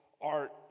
art